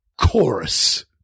chorus